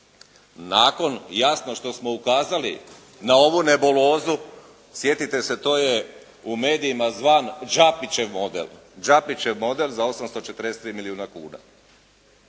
nakon jasno što smo ukazali na ovu nebulozu. Sjetite se, u medijima to je zvan Đapićev model za 843 milijuna kuna.